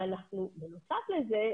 בנוסף לזה,